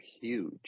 huge